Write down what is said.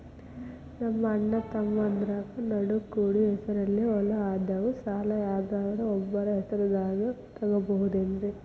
ನಮ್ಮಅಣ್ಣತಮ್ಮಂದ್ರ ನಡು ಕೂಡಿ ಹೆಸರಲೆ ಹೊಲಾ ಅದಾವು, ಸಾಲ ಯಾರ್ದರ ಒಬ್ಬರ ಹೆಸರದಾಗ ತಗೋಬೋದೇನ್ರಿ?